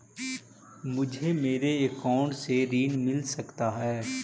मुझे मेरे अकाउंट से ऋण मिल सकता है?